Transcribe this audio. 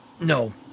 No